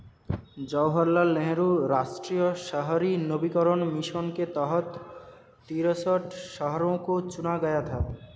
जवाहर लाल नेहरू राष्ट्रीय शहरी नवीकरण मिशन के तहत तिरेसठ शहरों को चुना गया था